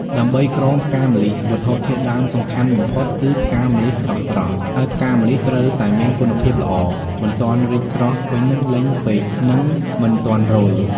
ដើម្បីក្រងផ្កាម្លិះ វត្ថុធាតុដើមសំខាន់បំផុតគឺផ្កាម្លិះស្រស់ៗ ហើយផ្កាម្លិះត្រូវតែមានគុណភាពល្អ មិនទាន់រីកស្រស់ពេញលេញពេក និងមិនទាន់រោយ។